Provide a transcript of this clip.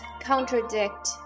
contradict